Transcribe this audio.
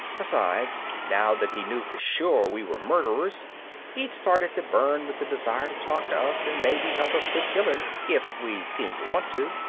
besides, now that he knew for sure we were murderers he'd started to burn with the desire to talk to us and maybe help us quit killing if we seemed to want to.